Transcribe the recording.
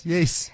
Yes